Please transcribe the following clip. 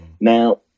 Now